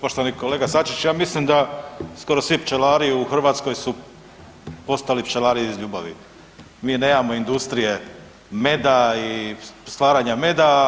Poštovani kolega Sačić ja mislim da skoro svi pčelari u Hrvatskoj su postali pčelari iz ljubavi, mi nemamo industrije meda i stvaranja meda.